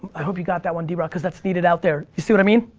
i hope you got that one, drock, cause that's needed out there. you see what i mean?